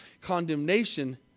Condemnation